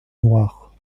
noir